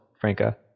Franca